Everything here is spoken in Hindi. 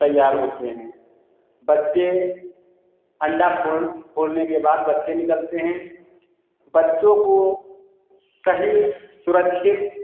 तैयार होते हैं बच्चे अंडा फोड़ फोड़ने के बाद बच्चे निकलते हैं बच्चों को सही सुरक्षित